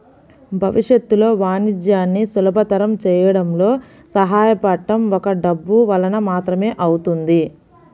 భవిష్యత్తులో వాణిజ్యాన్ని సులభతరం చేయడంలో సహాయపడటం ఒక్క డబ్బు వలన మాత్రమే అవుతుంది